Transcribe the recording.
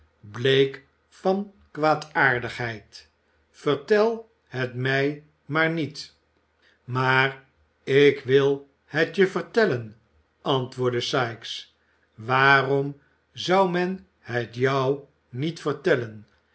bleek van kwaadaardigheid vertel het mij maar niet maar ik wil het je vertellen antwoordde sikes waarom zou men het jou niet vertellen